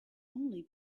only